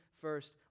first